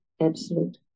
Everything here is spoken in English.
absolute